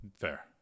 Fair